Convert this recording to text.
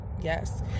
yes